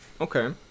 Okay